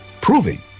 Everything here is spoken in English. proving